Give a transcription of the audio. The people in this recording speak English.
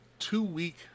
two-week